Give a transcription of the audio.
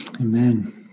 amen